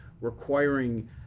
requiring